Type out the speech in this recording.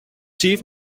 chief